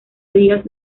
díaz